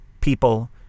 people